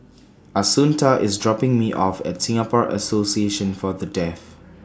Assunta IS dropping Me off At Singapore Association For The Deaf